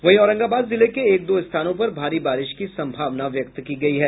वहीं औरंगाबाद जिले के एक दो स्थानों पर भारी बारिश की संभावना व्यक्त की गयी है